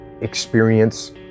experience